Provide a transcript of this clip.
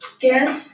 Guess